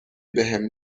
بهم